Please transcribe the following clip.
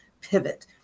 pivot